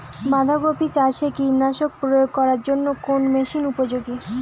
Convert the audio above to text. বাঁধা কপি চাষে কীটনাশক প্রয়োগ করার জন্য কোন মেশিন উপযোগী?